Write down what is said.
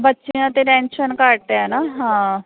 ਬੱਚਿਆਂ 'ਤੇ ਟੈਂਸ਼ਨ ਘੱਟ ਆ ਨਾ ਹਾਂ